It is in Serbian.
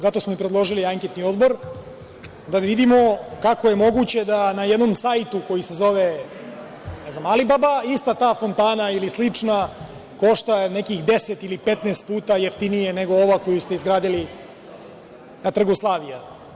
Zato smo i predložili anketni odbor da vidimo kako je moguće da na jednom sajtu, koji se zove, ne znam, „Alibaba“ ista ta fontana ili slična košta nekih 10 ili 15 puta jeftinije nego ova koju ste izgradili na Trgu Slavija.